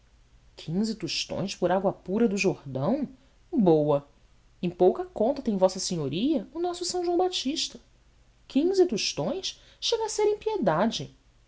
quinze tostões por água pura do jordão boa em pouca conta tem vossa senhoria o nosso são joão batista quinze tostões chega a ser impiedade